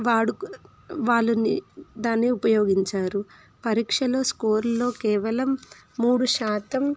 వాడు వాళ్ళని దాన్ని ఉపయోగించారు పరీక్షలో స్కోర్లో కేవలం మూడు శాతం